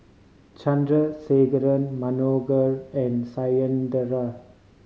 Chandrasekaran Manohar and Satyendra